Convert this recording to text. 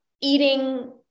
eating